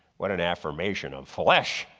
what an affirmation of flesh.